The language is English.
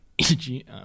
EG